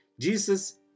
Jesus